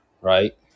right